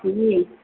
जी